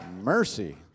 Mercy